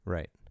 Right